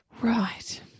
Right